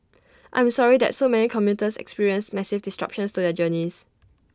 I am sorry that so many commuters experienced massive disruptions to the journeys